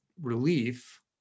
relief